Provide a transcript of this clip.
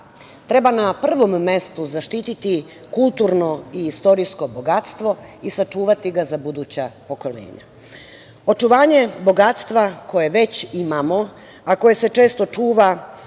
treba, na prvom mestu, zaštiti kulturno i istorijsko bogatstvo i sačuvati ga za buduća pokolenja. Očuvanje bogatstva koje već imamo, a koje se često čuva